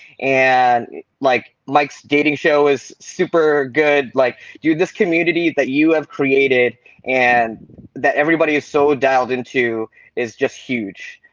and like mike's dating show is super good. like dude, this community that you have created and that everybody is so dialed into is just huge.